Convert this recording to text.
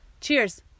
Cheers